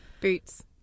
Boots